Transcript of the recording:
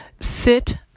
sit